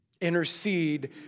Intercede